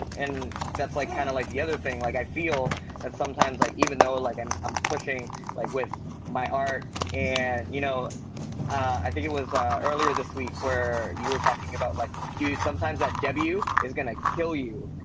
and and that's like kind of like the other thing, like i feel that sometimes like, even though like i'm um pushing pushing like with my art and you know i think it was earlier this week where you were talking about like dude sometimes that w is going to kill you.